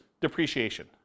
depreciation